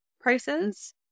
prices